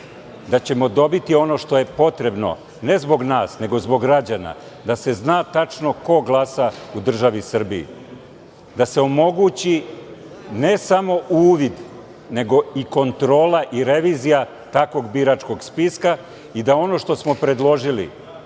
da ćemo dobiti ono što je potrebno, ne zbog nas, nego zbog građana, da se zna tačno ko glasa u državi Srbiji, da se omogući ne samo uvid, nego i kontrola i revizija takvog biračkog spiska i da ono što smo predložili,